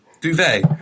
duvet